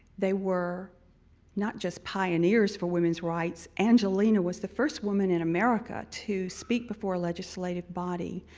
they were not just pioneers for womens' rights, angelina was the first woman in america to speak before a legislative body.